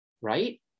right